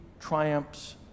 triumphs